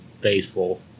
faithful